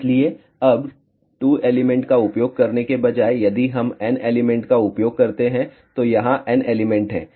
इसलिए अब 2 एलिमेंट का उपयोग करने के बजाय यदि हम N एलिमेंट का उपयोग करते हैं तो यहाँ N एलिमेंट हैं